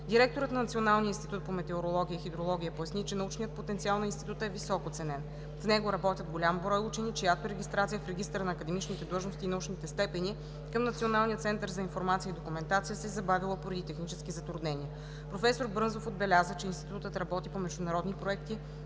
Директорът на Националния институт по метеорология и хидрология поясни, че научният потенциал на Института е високо ценен. В него работят голям брой учени, чиято регистрация в регистъра на академичните длъжности и научните степени към Националния център за информация и документация се е забавила поради технически затруднения. Професор Брънзов отбеляза, че институтът работи по международни проекти,